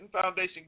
Foundation